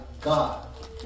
God